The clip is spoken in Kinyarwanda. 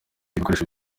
ibikoresho